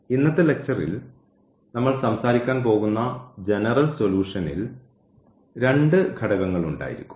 ഇന്നത്തെ ലക്ച്ചറിൽ നമ്മൾ സംസാരിക്കാൻ പോകുന്ന ജനറൽ സൊലൂഷൻൽ രണ്ട് ഘടകങ്ങൾ ഉണ്ടായിരിക്കും